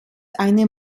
einer